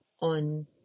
on